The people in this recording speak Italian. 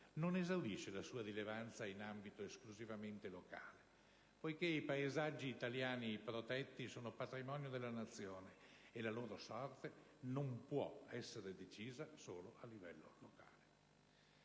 non esaurisce la sua rilevanza in ambito esclusivamente locale, poiché i paesaggi italiani protetti sono patrimonio della Nazione e la loro sorte non può essere decisa solo a livello locale.